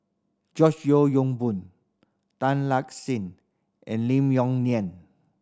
George Yeo Yong Boon Tan Lark Sye and Lim Yong Liang